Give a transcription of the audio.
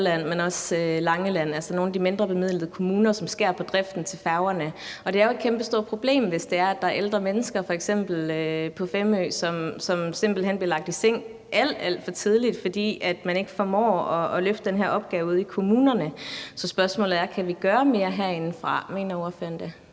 Langeland – altså nogle af de mindrebemidlede kommuner – hvor der bliver skåret på driften af færgerne. Og det er jo et kæmpestort problem, hvis der er ældre mennesker på f.eks. Femø, som simpelt hen bliver lagt i seng alt, alt for tidligt, fordi man ikke formår at løfte den her opgave ude i kommunerne. Så spørgsmålet er: Kan vi gøre mere herindefra? Mener ordføreren det?